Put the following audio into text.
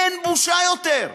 אין בושה יותר.